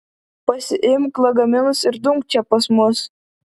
pasiimk lagaminus ir dumk čia pas mus